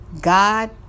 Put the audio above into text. God